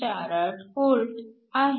48 V आहे